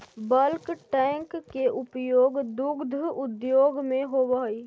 bulk tank के उपयोग दुग्ध उद्योग में होवऽ हई